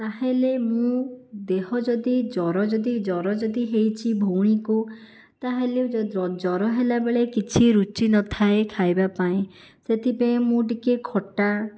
ତା'ହେଲେ ମୁଁ ଦେହ ଯଦି ଜ୍ୱର ଯଦି ଜ୍ୱର ଯଦି ହେଇଛି ଭଉଣୀକୁ ତା'ହେଲେ ଜର ହେଲା ବେଳେ କିଛି ରୁଚି ନଥାଏ ଖାଇବା ପାଇଁ ସେଥିପାଇଁ ମୁଁ ଟିକିଏ ଖଟା